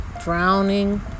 drowning